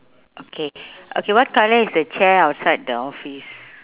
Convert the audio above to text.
okay okay what colour is the chair outside the office